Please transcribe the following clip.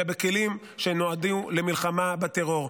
אלא בכלים שנועדו למלחמה בטרור.